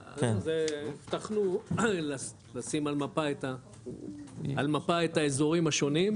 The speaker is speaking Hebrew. הבטחנו לשים על מפה את האזורים השונים,